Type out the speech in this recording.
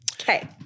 Okay